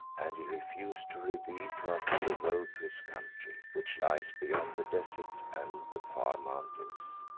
and he refused to reveal to us the road to his country, which lies beyond the desert and the far mountains.